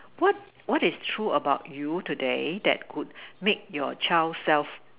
what what is true about you today that could make your child self